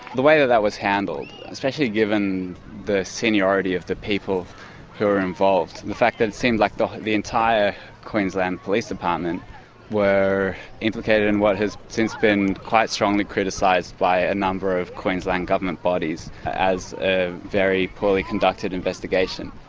the way that that was handled, especially given the seniority of the people who were involved, the fact that it seems like the the entire queensland police department were implicated in what has since been quite strongly criticised by a number of queensland government bodies as a very poorly conducted investigation.